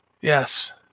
Yes